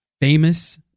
famous